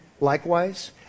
likewise